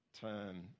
term